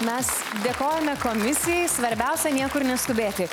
mes dėkojame komisijai svarbiausia niekur neskubėti